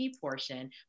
portion